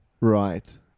Right